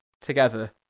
together